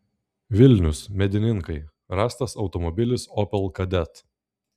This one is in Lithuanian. vilnius medininkai rastas automobilis opel kadett